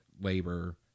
labor